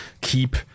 keep